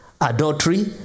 Adultery